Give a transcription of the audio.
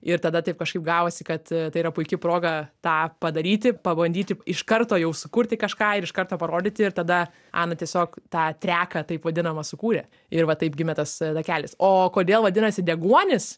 ir tada taip kažkaip gavosi kad tai yra puiki proga tą padaryti pabandyti iš karto jau sukurti kažką ir iš karto parodyti ir tada ana tiesiog tą treką taip vadinamą sukūrė ir va taip gimė tas takelis o kodėl vadinasi deguonis